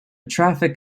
traffic